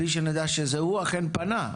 בלי שנדע שהוא אכן זה שפנה.